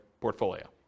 portfolio